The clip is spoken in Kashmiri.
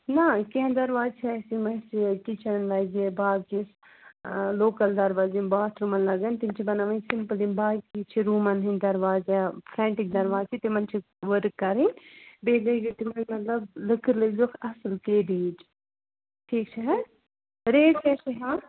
نا کیٚنٛہہ درواز چھِ اَسہِ یِم اَسہِ کِچَن لجے باقِیَس لوکَل دروازٕ یِم باتھ روٗمَن لگَان تِم چھِ بَناوٕنۍ سِمپُل یِم باقٕے چھِ روٗمَن ہٕنٛدۍ دروازٕ یا فرٛنٛٹٕکۍ دروازٕ چھِ تِمَن چھِ ؤرٕک کَرٕنۍ بیٚیہِ لاٍگۍ تِمَن مطلب لٔکٕر لٲگۍزِہوکھ اَصٕل کے ڈی یِچ ٹھیٖک چھِ حظ ریٹ کیٛاہ چھِ ہیٚوان